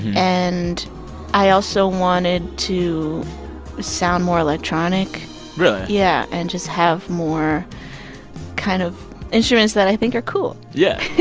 and i also wanted to sound more electronic really? yeah and just have more kind of instruments that i think are cool yeah